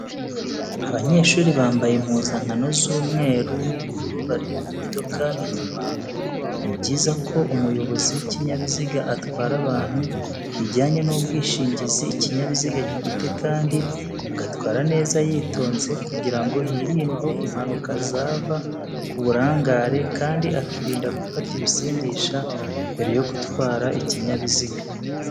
Abanyeshuri bambabye impuzankano z'umweu n'ubururu bari mu modoka inyuma, ni byiza ko umuyobozi w'ikinyabiziga atwara abantu bijyanye n'ubwishingizi ikinyabiziga gifite kandi agatwara neza yitonze kugira ngo hirindwe impanuka zava ku burangare kandi akirinda gufata ibisindisha mbere yo gutwara ikinyabiziga.